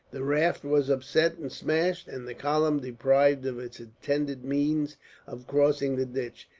the raft was upset and smashed, and the column, deprived of its intended means of crossing the ditch,